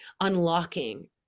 unlocking